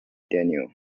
daniel